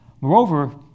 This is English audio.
Moreover